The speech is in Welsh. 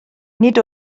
nid